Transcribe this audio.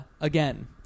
again